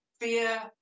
fear